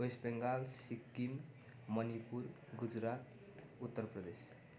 West Bengal Sikkim Manipur Gujarat Uttar Pradesh